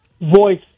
voice